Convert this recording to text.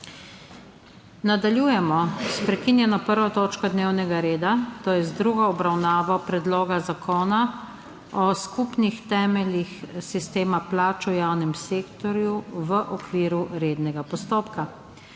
Nadaljujemo s prekinjeno 1. točko dnevnega reda, to je z drugo obravnavo Predloga zakona o skupnih temeljih sistema plač v javnem sektorju v okviru rednega postopka.